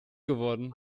geworden